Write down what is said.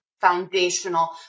foundational